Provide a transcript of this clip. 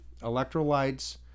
electrolytes